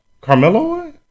Carmelo